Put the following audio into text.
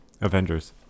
Avengers